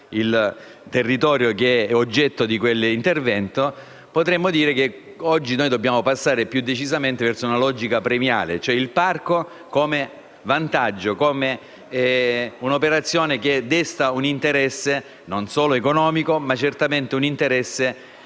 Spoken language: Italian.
il territorio oggetto di quell'intervento. Oggi invece dobbiamo passare più decisamente ad una logica premiale: il parco come vantaggio, come un'operazione che desta un interesse non solo economico, ma certamente un interesse